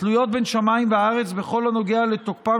תלויות בין שמיים לארץ בכל הנוגע לתוקפם